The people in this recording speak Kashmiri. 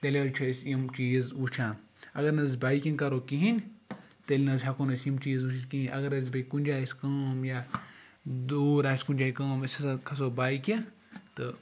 تیٚلہِ حظ چھِ أسۍ یِم چیٖز وٕچھان اگر نہٕ حظ بایِکِنٛگ کَرو کِہیٖنۍ تیٚلہِ نہ حظ ہیٚکو نہٕ أسۍ یِم چیٖز وُچھِتھ کِہیٖنۍ اگر أسۍ بیٚیہِ کُنہِ جایہِ آسہِ کٲم یا دوٗر آسہِ کُنہِ جایہِ کٲم أسۍ ہَسا کھسو بایِکہِ تہٕ